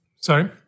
Sorry